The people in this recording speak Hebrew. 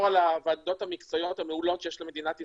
על הוועדות המקצועיות המעולות שיש למדינת ישראל,